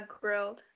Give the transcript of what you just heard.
grilled